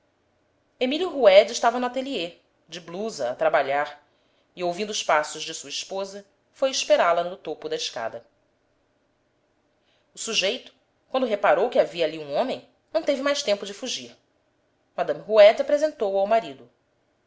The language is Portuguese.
emilio roude estava no atelier de blusa a trabalhar e ouvindo os passos de sua esposa foi esperá-la no topo da escada o sujeito quando reparou que havia ali um homem não teve mais tempo de fugir mme roude apresentou-o ao marido